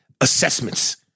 assessments